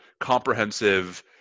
comprehensive